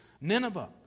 Nineveh